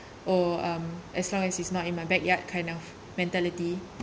or um as long as it's not in my backyard kind of mentality